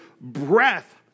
breath